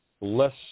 less